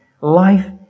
life